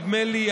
נדמה לי,